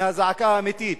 מהזעקה האמיתית.